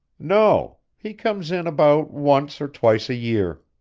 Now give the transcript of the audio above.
no. he comes in about once or twice a year.